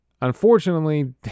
Unfortunately